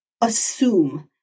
assume